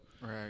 Right